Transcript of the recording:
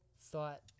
thought